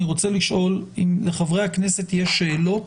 אני רוצה לשאול אם לחברי הכנסת יש שאלות